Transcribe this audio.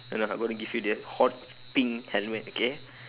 no lah I'm going to give you the hot pink helmet okay